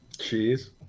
Cheese